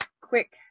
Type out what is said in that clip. quick